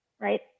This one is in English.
right